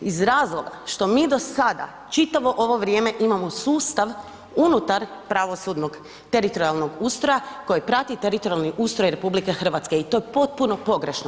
Iz razloga što mi do sada čitavo ovo vrijeme imamo sustav unutar pravosudnog teritorijalnog ustroja koji prati teritorijalni ustroj RH i to je potpuno pogrešno.